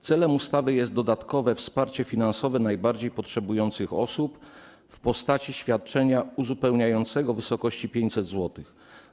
Celem ustawy jest dodatkowe wsparcie finansowe najbardziej potrzebujących osób w postaci świadczenia uzupełniającego w wysokości 500 zł.